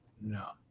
No